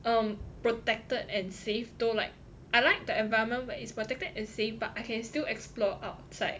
um protected and safe though like I like the environment but it's protected and safe but I can still explore outside